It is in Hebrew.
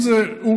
אם הוא הבעלים,